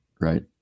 right